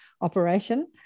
operation